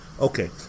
Okay